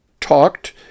talked